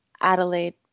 Adelaide